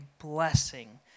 blessing